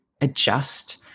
adjust